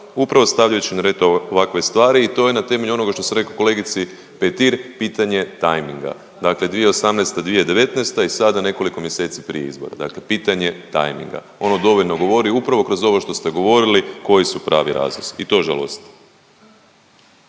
Upravo stavljajući na red ovakve stvari i to je na temelju onoga što sam rekao kolegici Petir, pitanje tajminga. Dakle 2018., 2019. i sada nekoliko mjeseci prije izbora, dakle pitanje tajminga. Ono dovoljno govori upravo kroz ovo što ste govorili koji su pravi razlozi i to žalosti.